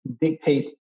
dictate